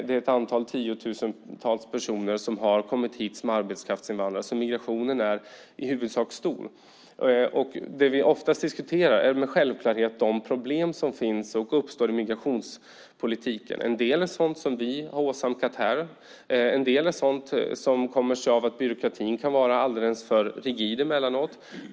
Det är tiotusentals personer som har kommit hit som arbetskraftsinvandrare. Migrationen är alltså i huvudsak stor. Det som vi oftast diskuterar är med självklarhet de problem som finns och uppstår i migrationspolitiken. En del är sådant som vi har åsamkat här. En del är sådant som kommer sig av att byråkratin kan vara alldeles för rigid emellanåt.